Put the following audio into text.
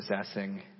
possessing